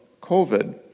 COVID